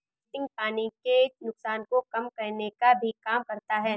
wilting पानी के नुकसान को कम करने का भी काम करता है